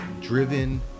driven